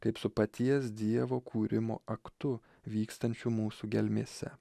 kaip su paties dievo kūrimo aktu vykstančių mūsų gelmėse